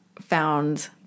found